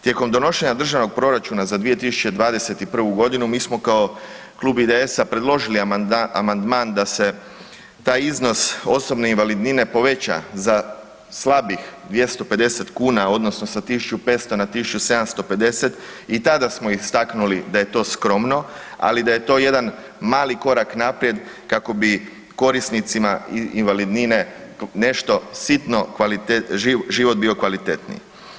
Tijekom donošenja Državnog proračuna za 2021. godinu mi smo kao Klub IDS-a predložili amandman da se taj iznos osobne invalidnine poveća za slabih 250 kuna odnosno sa 1.500 na 1.750 i tada smo istaknuli da je to skromno, ali da je to jedan mali korak naprijed kako bi korisnicima invalidnine nešto sitno život bio kvalitetniji.